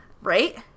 Right